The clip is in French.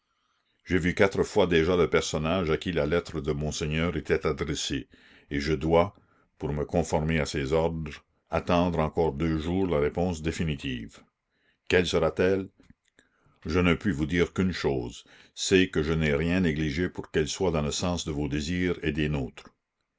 j'ai vu quatre fois déjà le personnage à qui la lettre de monseigneur était adressée et je dois pour me conformer à ses ordres attendre encore deux jours la réponse définitive quelle sera-t-elle je ne puis vous dire qu'une chose c'est que je n'ai rien négligé pour qu'elle soit dans le sens de vos désirs et des nôtres